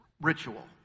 ritual